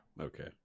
Okay